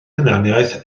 hunaniaeth